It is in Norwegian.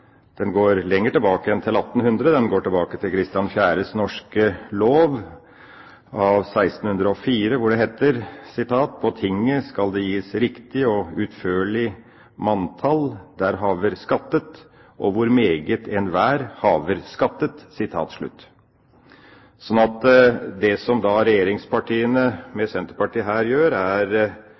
går lenger tilbake enn til 1800. Den går tilbake til Christian IVs norske lov av 1604, hvor det heter at på tinget skal det gis «rigtig og udførligt Mandtal hvem der haver skattet, og hvor meget en hver haver udgivet». Det som regjeringspartiene, med Senterpartiet, her gjør, er